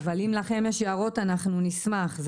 אבל לכם יש הערות אנחנו נשמח.